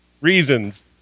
reasons